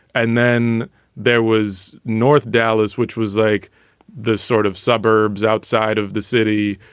and then there was north dallas, which was like the sort of suburbs outside of the city.